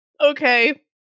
okay